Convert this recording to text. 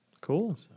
cool